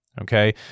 okay